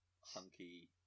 hunky